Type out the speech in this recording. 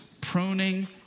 pruning